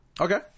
Okay